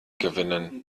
gewinnen